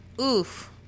oof